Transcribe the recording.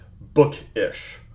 bookish